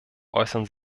äußern